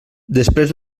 després